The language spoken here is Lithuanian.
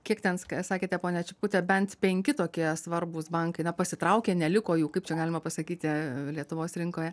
kiek ten sakėte ponia čipkute bent penki tokie svarbūs bankai na pasitraukė neliko jų kaip čia galima pasakyti lietuvos rinkoje